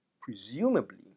presumably